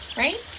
right